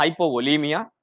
hypovolemia